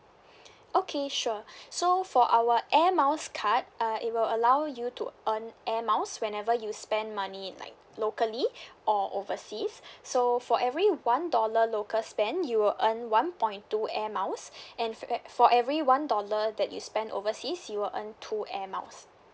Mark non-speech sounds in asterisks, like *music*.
*breath* okay sure so for our air miles card uh it will allow you to earn air miles whenever you spend money like locally or overseas so for every one dollar local spend you'll earn one point two air miles *breath* and for e~ for every one dollar that you spend overseas you will earn two air miles